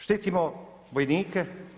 Štitimo vojnike.